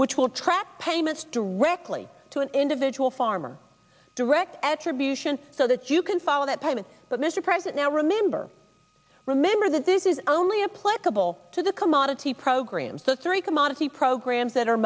which will track payments directly to an individual farmer direct attribution so that you can follow that payment but mr president now remember remember that this is only applicable to the commodity program so the three commodity programs that are